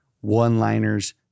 one-liners